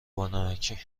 بانمکی